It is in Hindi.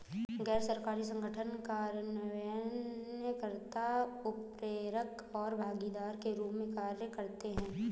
गैर सरकारी संगठन कार्यान्वयन कर्ता, उत्प्रेरक और भागीदार के रूप में कार्य करते हैं